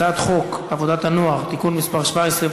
בעד, 17,